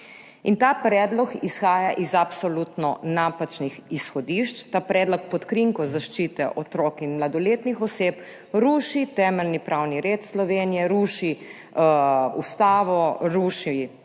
Ta predlog izhaja iz absolutno napačnih izhodišč. Ta predlog pod krinko zaščite otrok in mladoletnih oseb ruši temeljni pravni red Slovenije, ruši ustavo, ruši